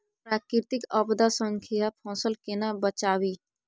प्राकृतिक आपदा सं फसल केना बचावी?